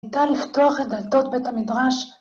ניתן לפתוח את דלתות בית המדרש.